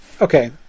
Okay